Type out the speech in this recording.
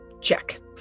Check